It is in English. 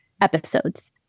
episodes